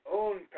own